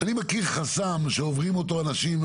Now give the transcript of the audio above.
אני מכיר חסם שעוברים אותו אנשים,